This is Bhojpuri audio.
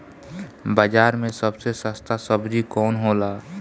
बाजार मे सबसे सस्ता सबजी कौन होला?